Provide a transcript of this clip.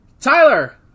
Tyler